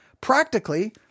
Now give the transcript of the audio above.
Practically